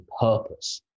purpose